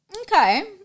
Okay